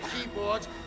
keyboards